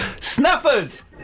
Snuffers